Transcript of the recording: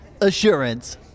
assurance